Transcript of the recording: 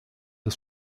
des